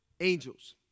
angels